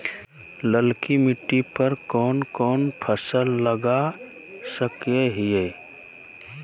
ललकी मिट्टी पर कोन कोन फसल लगा सकय हियय?